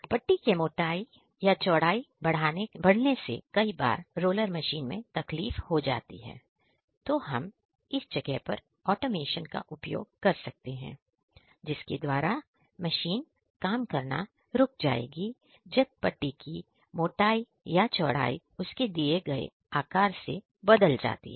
पट्टी के मोटाई या चौड़ाई बढ़ने से कई बार रोलर मशीन में तकलीफ हो जाती है तो हम इस जगह पर ऑटोमेशन का उपयोग कर सकते हैं जिसके द्वारा मशीन काम करना रुक जाए जब पट्टी की मोटाई या चौड़ाई उसके दिए गए आकार से बदल जाती है